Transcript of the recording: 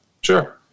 Sure